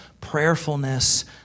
prayerfulness